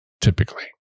typically